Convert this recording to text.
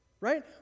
right